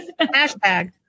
Hashtag